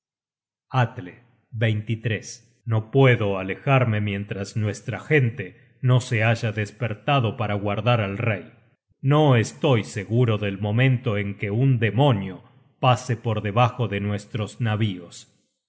atle no puedo alejarme mientras nuestra gente no se haya despertado para guardar al rey no estoy seguro del momento en que un demonio pase por debajo de nuestros navíos